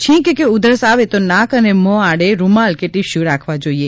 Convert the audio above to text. છીંક કે ઉધરસ આવે તો નાક અને મોં આડે રૂમાલ કે ટીશ્યૂ રાખવા જોઈએ